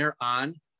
on